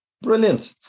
Brilliant